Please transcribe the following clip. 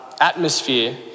atmosphere